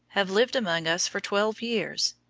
have lived among us for twelve years,